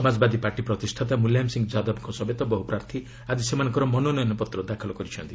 Samajwadi party ପ୍ରତିଷ୍ଠାତା ମୁଲାୟମ ସିଂ ଯାଦବଙ୍କ ସମେତ ବହୁ ପ୍ରାର୍ଥୀ ଆଜି ସେମାନଙ୍କର ମନୋନୟନପତ୍ର ଦାଖଲ କରିଛନ୍ତି